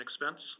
expense